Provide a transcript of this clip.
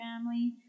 family